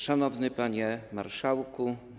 Szanowny Panie Marszałku!